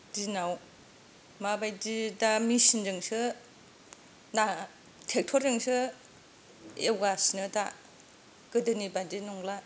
दिनाव माबायदि दा मेसिनजोंसो दा ट्रेक्टरजोंसो एवगासिनो दा गोदोनि बादि नंला